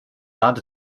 land